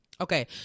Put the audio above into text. Okay